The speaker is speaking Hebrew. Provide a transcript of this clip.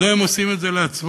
מדוע הם עושים את זה לעצמם?